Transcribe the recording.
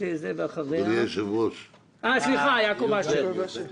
יעקב אשר,